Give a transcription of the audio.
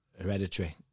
hereditary